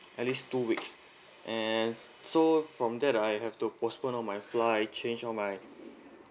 at least two weeks and so from that I have to postpone all my flight I change all my